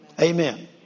Amen